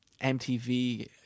MTV